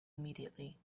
immediately